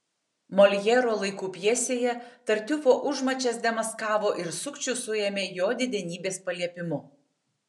moljero laikų pjesėje tartiufo užmačias demaskavo ir sukčių suėmė jo didenybės paliepimu